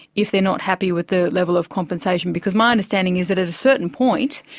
if they're not happy with the level of compensation? because my understanding is that at a certain point,